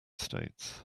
states